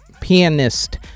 pianist